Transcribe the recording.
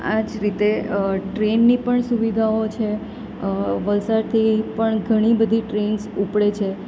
આ જ રીતે ટ્રેનની પણ સુવિધાઓ છે વલસાડથી પણ ઘણી બધી ટ્રેન્સ ઉપડે છે